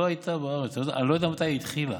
אני לא יודע מתי היא התחילה.